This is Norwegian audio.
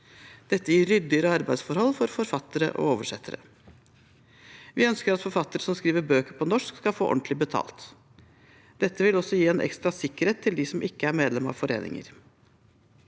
Dette gir ryddigere arbeidsforhold for forfattere og oversettere. Vi ønsker at forfattere som skriver bøker på norsk, skal få ordentlig betalt. Dette vil også gi en ekstra sikkerhet til dem som ikke er medlem av foreninger.